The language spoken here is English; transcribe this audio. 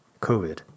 COVID